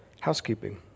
housekeeping